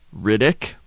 Riddick